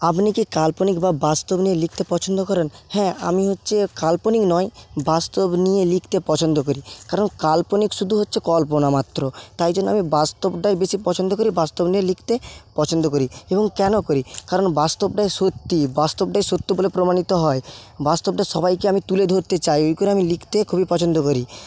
আপনি কি কাল্পনিক বা বাস্তব নিয়ে লিখতে পছন্দ করেন হ্যাঁ আমি হচ্ছে কাল্পনিক নয় বাস্তব নিয়ে লিখতে পছন্দ করি কারণ কাল্পনিক শুধু হচ্ছে কল্পনা মাত্র তাই জন্য আমি বাস্তবটাই বেশি পছন্দ করি বাস্তব নিয়ে লিখতে পছন্দ করি এবং কেন করি কারণ বাস্তবটাই সত্যি বাস্তবটাই সত্য বলে প্রমাণিত হয় বাস্তবটা সবাইকে আমি তুলে ধরতে চাই এই করে আমি লিখতে খুবই পছন্দ করি